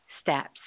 steps